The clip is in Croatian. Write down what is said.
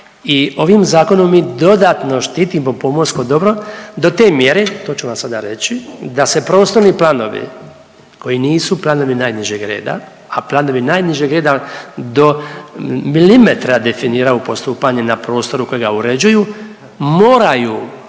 i ovim zakonom mi dodatno štitimo pomorsko dobro do te mjere to ću vam sada reći da se prostorni planovi koji nisu planovi najnižeg reda, a planovi najnižeg reda do milimetra definira postupanje na prostoru kojega uređuju moraju